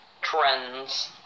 trends